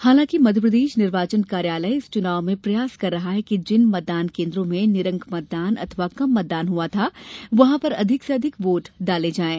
हालांकि मध्यप्रदेश निर्वाचन कार्यालय इस चुनाव में प्रयास कर रहा है कि जिन मतदान केन्द्रों में निरंक मतदान अथवा कम मतदान हआ था वहां पर अधिक से अधिक वोट डाले जायें